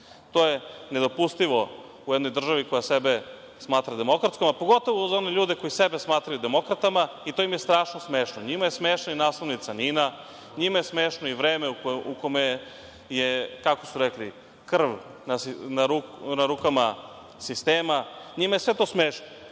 To je nedopustivo u jednoj državi koja sebe smatra demokratskom, a pogotovo za one ljude koji sebe smatraju demokratama i to im je strašno smešno. NJima je smešna i naslovnica „NIN-a“, njima je smešno i „Vreme“ u kome je, kako su rekli, krv na rukama sistema, njima je sve to smešno,